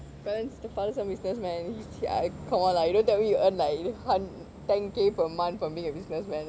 parents the father's a businessman his come on lah you don't tell me you earn like you can hun~ ten K a month from being a businessman